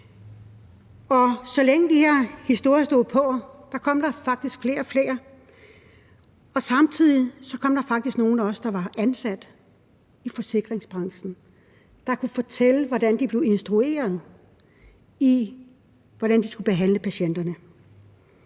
Så længe de her historier stod på, kom der faktisk flere og flere, og samtidig kom der faktisk også nogle, der var ansat i forsikringsbranchen, der kunne fortælle om, hvordan de blev instrueret i at behandle patienterne.